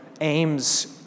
aims